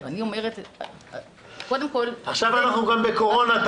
אנחנו עכשיו גם בזמן קורונה,